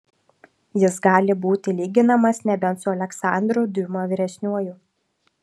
jis gali būti lyginamas nebent su aleksandru diuma vyresniuoju